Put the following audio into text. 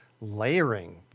layering